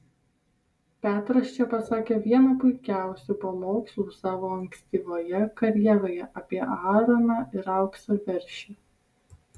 petras čia pasakė vieną puikiausių pamokslų savo ankstyvoje karjeroje apie aaroną ir aukso veršį